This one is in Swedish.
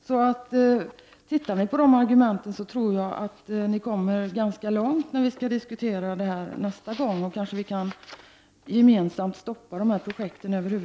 Den som tar del av argumenten i bulletinen förstår måhända att vi kan komma ganska långt när vi diskuterar dessa frågor nästa gång. Då kanske vi rent av kan stoppa dessa projekt.